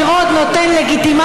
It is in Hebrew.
אתה תאונת עבודה של הליכוד,